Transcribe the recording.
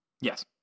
Yes